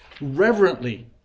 reverently